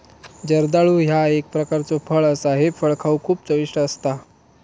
जर्दाळू ह्या एक प्रकारचो फळ असा हे फळ खाउक खूप चविष्ट असता